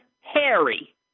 Harry